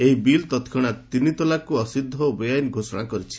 ଏହି ବିଲ୍ ତତ୍କ୍ଷଣାତ୍ ତିନି ତଲାକ୍କୁ ଅସିଦ୍ଧ ଓ ବେଆଇନ୍ ଘୋଷଣା କରିଛି